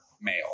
male